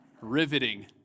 riveting